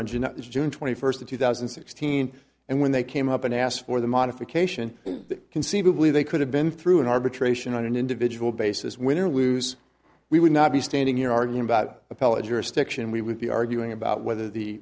anjanette is june twenty first of two thousand and sixteen and when they came up and asked for the modification conceivably they could have been through an arbitration on an individual basis win or lose we would not be standing here arguing about appellate jurisdiction we would be arguing about whether the